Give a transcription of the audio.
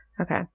Okay